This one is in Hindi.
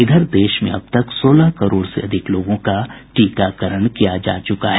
इधर देश में अब तक सोलह करोड़ से अधिक लोगों का टीकाकरण किया जा चुका है